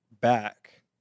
back